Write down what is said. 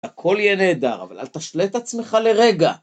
הכל יהיה נהדר אבל אל תשלה את עצמך לרגע.